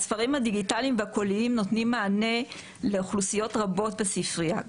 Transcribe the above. הספרים הדיגיטליים והקוליים נותנים מענה לאוכלוסיות רבות בספרייה.